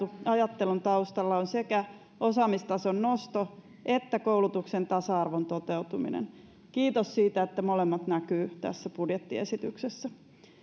ajattelun taustalla on sekä osaamistason nosto että koulutuksen tasa arvon toteutuminen kiitos siitä että molemmat näkyvät tässä budjettiesityksessä